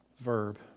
verb